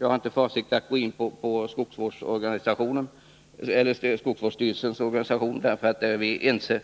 Jag har inte för avsikt att närmare gå in på skogsvårdsstyrelsens organisation, för när det gäller den frågan är vi ense,